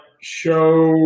show